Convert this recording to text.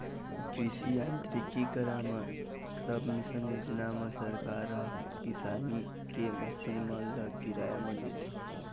कृषि यांत्रिकीकरन पर सबमिसन योजना म सरकार ह किसानी के मसीन मन ल किराया म देथे